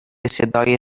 صدای